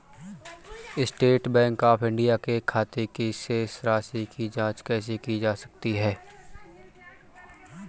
State Bank of India के खाते की शेष राशि की जॉंच कैसे की जा सकती है?